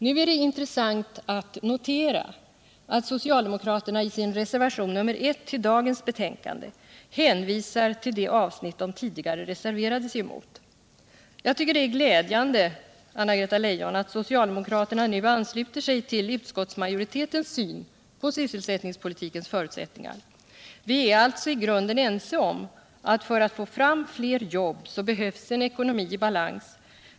Nu är det intressant att notera att socialdemokraterna i sin reservation nr 1 till dagens betänkande hänvisar till det avsnitt de tidigare reserverade sig emot. Jag tycker det är glädjande, Anna-Greta Leijon, att socialdemokraterna nu ansluter sig till utskottsmajoritetens syn på sysselsättningspolitikens förutsättningar. Vi är alltså i grunden ense om att för att få fram fler jobb behövs en ekonomi i balans.